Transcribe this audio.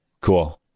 cool